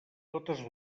totes